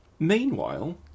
Meanwhile